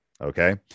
Okay